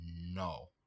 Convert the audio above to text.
No